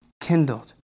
kindled